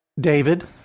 David